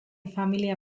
familia